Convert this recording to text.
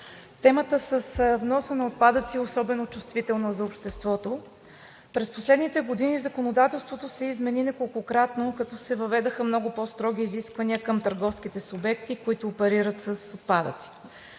Темата с вноса на отпадъци е особено чувствителна за обществото. През последните години законодателството се измени неколкократно, като се въведоха много по-строги изисквания към търговските субекти, които оперират с отпадъците.